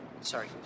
sorry